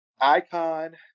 Icon